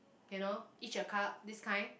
you know Each-a-Cup this kind